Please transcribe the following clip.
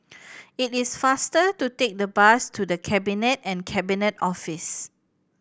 it is faster to take the bus to The Cabinet and Cabinet Office